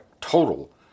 total